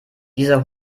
dieser